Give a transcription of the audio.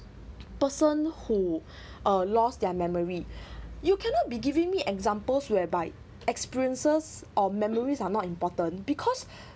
person who uh lost their memory you cannot be giving me examples whereby experiences or memories are not important because